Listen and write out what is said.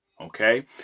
Okay